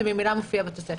היא ממילא מופיעה בתוספת.